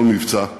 כל מבצע,